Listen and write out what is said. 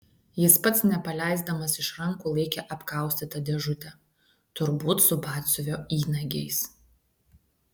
jis pats nepaleisdamas iš rankų laikė apkaustytą dėžutę turbūt su batsiuvio įnagiais